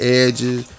edges